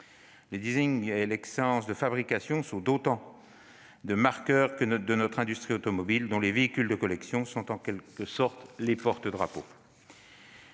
Le et l'excellence de fabrication sont autant de marqueurs de notre industrie automobile, dont les véhicules de collection sont en quelque sorte les porte-drapeaux.